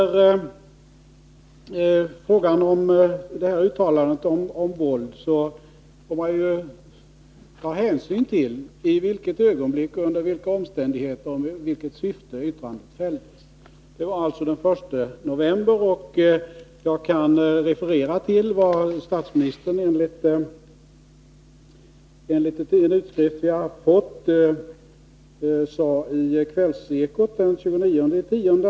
När det gäller uttalandet om våld bör man ta hänsyn till i vilket ögonblick, under vilka omständigheter och med vilket syfte yttrandet fälldes. Det var alltså den 1 november. Jag kan citera vad statsministern enligt en utskrift jag fått sade i Kvällsekot den 29 oktober.